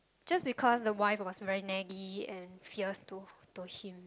just because the wife was very naggy and fierce to to him